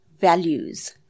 values